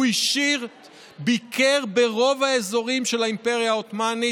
הוא אישית ביקר ברוב האזורים של האימפריה העות'מאנית.